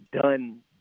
done